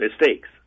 mistakes